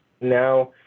Now